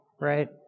right